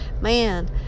Man